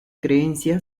creencia